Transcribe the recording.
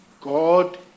God